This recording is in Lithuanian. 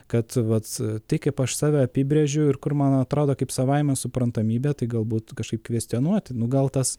kad vat tai kaip aš save apibrėžiu ir kur man atrodo kaip savaime suprantamybė tai galbūt kažkaip kvestionuoti nu gal tas